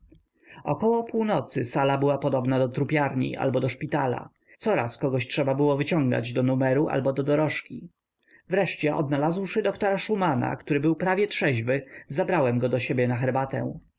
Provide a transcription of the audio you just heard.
około północy sala była podobna do trupiarni albo do szpitala coraz kogoś trzeba było wyciągać do numeru albo do dorożki wreszcie odnalazłszy doktora szumana który był prawie trzeźwy zabrałem go do siebie na herbatę